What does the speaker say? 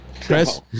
Chris